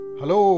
Hello